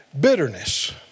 Bitterness